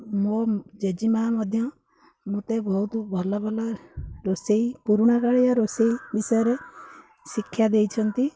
ମୋ ଜେଜେ ମା' ମଧ୍ୟ ମୋତେ ବହୁତ ଭଲ ଭଲ ରୋଷେଇ ପୁରୁଣା କାଳିଆ ରୋଷେଇ ବିଷୟରେ ଶିକ୍ଷା ଦେଇଛନ୍ତି